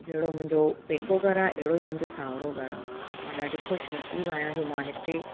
जहिड़ो मुंहिंजो पेको घरु आहे अहिड़ो ई मुंहिंजो साहुरो घरु आहे मां ॾाढी ख़ुशिनसीबु आहियां जो मां हिते